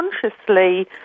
consciously